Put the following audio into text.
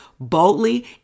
Boldly